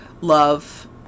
love